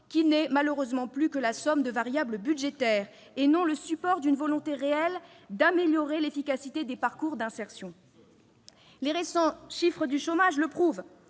qui n'est malheureusement plus que la somme de variables budgétaires, au lieu d'être un vecteur réel d'amélioration de l'efficacité des parcours d'insertion. Les récents chiffres du chômage le prouvent